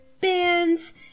bands